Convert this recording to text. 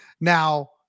Now